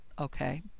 okay